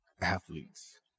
Athletes